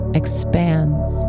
expands